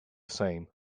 same